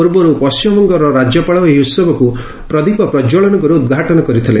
ପୂର୍ବରୁ ପଶ୍ଚିମବଙ୍ଗର ରାଜ୍ୟପାଳ ଏହି ଉସବକୁ ପ୍ରଦୀପ ପ୍ରଜ୍ୱଳନ କରି ଉଦ୍ଘାଟନ କରିଥିଲେ